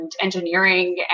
engineering